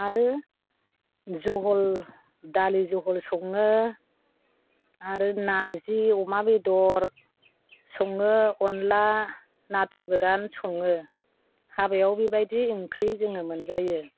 आरो जहल दालि जहल सङो आरो नारजि अमा बेदर सङो अनला नाथुर गोरान सङो हाबायाव बेबादि ओंख्रि जोङो मोनजायो